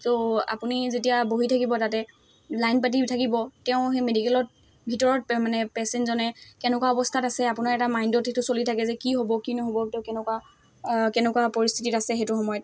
তো আপুনি যেতিয়া বহি থাকিব তাতে লাইন পাতি থাকিব তেওঁ সেই মেডিকেলত ভিতৰত মানে পেচেণ্টজনে কেনেকুৱা অৱস্থাত আছে আপোনাৰ এটা মাইণ্ডত সেইটো চলি থাকে যে কি হ'ব কি নহ'ব তেওঁ কেনেকুৱা কেনেকুৱা পৰিস্থিতিত আছে সেইটো সময়ত